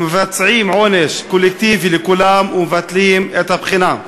מבצעים עונש קולקטיבי לכולם, ומבטלים את הבחינה.